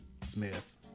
Smith